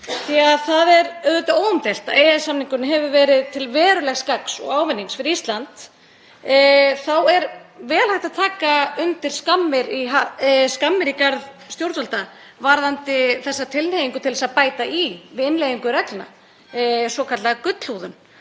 því að það er auðvitað óumdeilt að EES-samningurinn hefur verið til verulegs gagns og ávinnings fyrir Ísland. Þá er vel hægt að taka undir skammir í garð stjórnvalda varðandi þá tilhneigingu að bæta í við innleiðingu reglna, svokallaða gullhúðun.